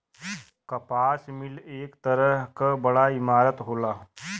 कपास मिल एक तरह क बड़ा इमारत होला